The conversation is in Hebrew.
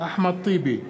אחמד טיבי,